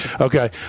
Okay